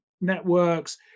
networks